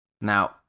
Now